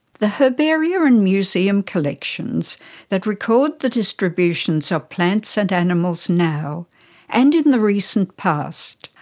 the herbaria and museum collections that record the distributions of plants and animals now and in the recent past,